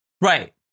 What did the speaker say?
Right